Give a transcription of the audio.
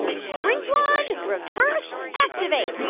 shrink wand, reverse activate